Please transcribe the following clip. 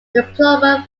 diplomat